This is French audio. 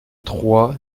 trois